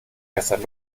gestern